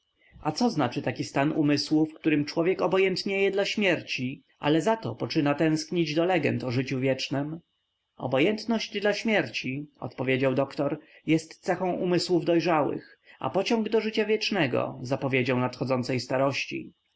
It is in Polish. a co znaczy taki stan umysłu w którym człowiek obojętnieje dla śmierci ale za to poczyna tęsknić do legend o życiu wiecznem obojętność dla śmierci odpowiedział doktor jest cechą umysłów dojrzałych a pociąg do życia wiecznego zapowiedzią nadchodzącej starości